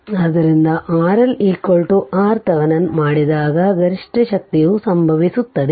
ಆದ್ದರಿಂದ RL RThevenin ಮಾಡಿದಾಗ ಗರಿಷ್ಠ ಶಕ್ತಿಯು ಸಂಭವಿಸುತ್ತದೆ